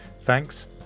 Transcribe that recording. Thanks